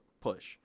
push